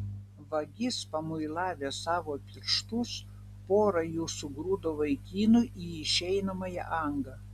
vagis pamuilavęs savo pirštus pora jų sugrūdo vaikinui į išeinamąją angą